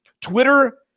Twitter